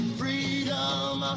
freedom